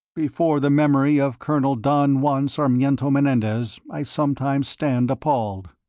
before the memory of colonel don juan sarmiento menendez i sometimes stand appalled.